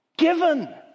given